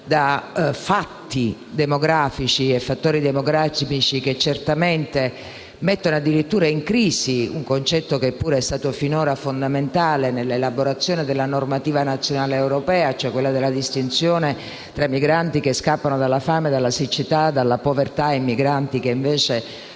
da fatti e fattori demografici che certamente mettono addirittura in crisi un concetto che pure è stato finora fondamentale nell'elaborazione della normativa nazionale ed europea, vale a dire la distinzione fra migranti che scappano dalla fame, dalla siccità e dalla povertà e migranti che invece